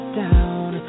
down